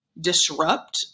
disrupt